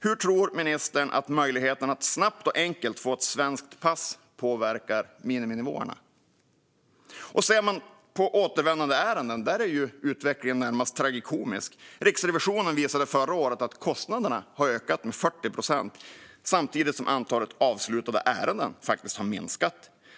Hur tror ministern att möjligheten att snabbt och enkelt få ett svenskt pass påverkar miniminivåerna? För återvändandeärenden är utvecklingen närmast tragikomisk. Riksrevisionen visade förra året att kostnaderna har ökat med 40 procent samtidigt som antalet avslutade ärenden har minskat.